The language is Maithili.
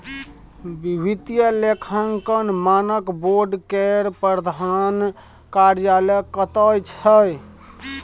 वित्तीय लेखांकन मानक बोर्ड केर प्रधान कार्यालय कतय छै